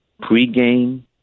pregame